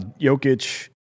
Jokic